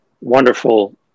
wonderful